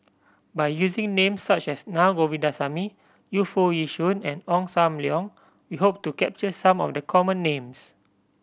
by using names such as Naa Govindasamy Yu Foo Yee Shoon and Ong Sam Leong we hope to capture some of the common names